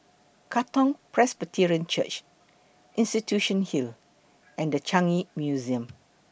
Katong Presbyterian Church Institution Hill and The Changi Museum